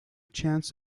chance